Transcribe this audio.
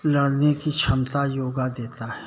लड़ने की क्षमता योगा देता है